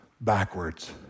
backwards